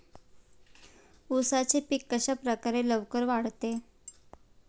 उसाचे पीक कशाप्रकारे लवकर वाढते?